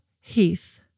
Heath